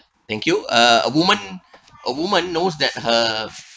thank you uh a woman a woman knows that her